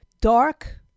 Dark